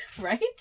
Right